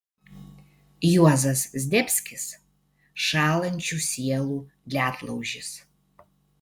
juozas zdebskis šąlančių sielų ledlaužis